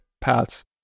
paths